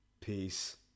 Peace